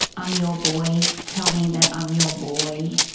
i'm your boy. tell me that i'm your boy.